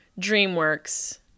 DreamWorks